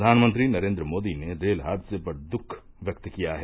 प्रधानमंत्री नरेन्द्र मोदी ने रेल हादसे पर दुख व्यक्त किया है